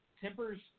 tempers